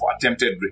attempted